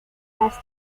has